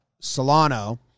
Solano